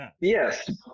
Yes